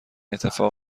اتفاق